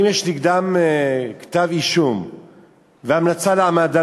אם יש נגדם כתב-אישום והמלצה להעמדה